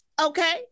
Okay